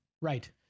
Right